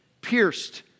Pierced